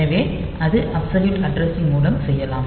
எனவே அது absolute addressing மூலம் செய்யலாம்